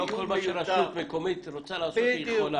לא כל מה שרשות מקומית רוצה לעשות, היא יכולה.